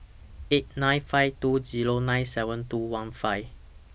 eight nine five two Zero nine seven two one five